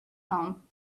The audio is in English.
home